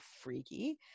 freaky